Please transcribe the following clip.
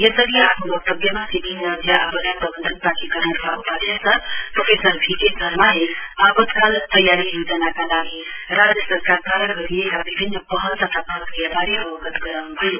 यसअघि आफ्नो वक्तव्यमा सिक्किम राज्य आपदा प्रबन्धन प्राधिकरणका उपाध्यक्ष प्रोफेसर भीके शर्माले आपतकाल तयारी योजनाका लागि राज्य सरकारद्वारा गरिएका विभिन्न पहल तथा प्रक्रियावारे अवगत गराउन्भयो